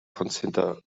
consider